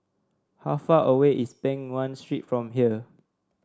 how far away is Peng Nguan Street from here